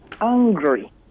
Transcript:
angry